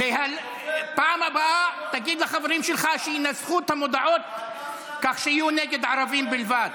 למה נועם סולברג קבע שאתה שקרן?